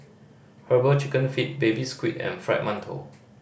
Herbal Chicken Feet Baby Squid and Fried Mantou